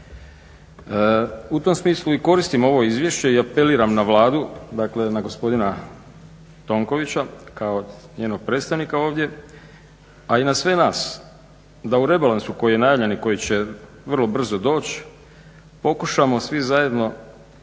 U tom smisli i koristim ovo izvješće i apeliram na Vladu, dakle na gospodina Tonkovića kao njenog predstavnika ovdje, a i na sve nas da u rebalansu koji je i najavljen i koji će vrlo brzo doći pokušamo svi zajedno